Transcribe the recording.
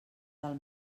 del